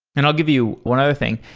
and i'll give you one other thing.